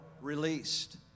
released